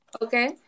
Okay